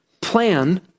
plan